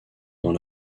dans